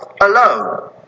alone